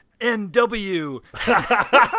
NW